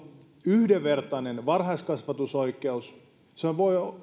yhdenvertainen varhaiskasvatusoikeus ja